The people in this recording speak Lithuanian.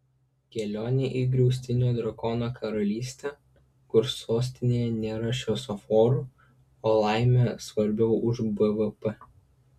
kelionė į griaustinio drakono karalystę kur sostinėje nėra šviesoforų o laimė svarbiau už bvp